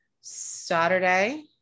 Saturday